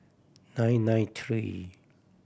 nine nine three